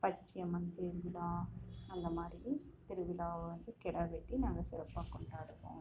பச்சையம்மன் திருவிழா அந்த மாதிரி திருவிழாவை வந்து கிடா வெட்டி நாங்கள் சிறப்பாக கொண்டாடுவோம்